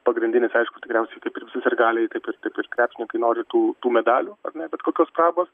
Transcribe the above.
pagrindinis aišku tikriausiai kaip ir sirgaliai taip taip ir krepšininkai nori tų tų medalių ar ne bet kokios prabos